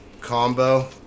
Combo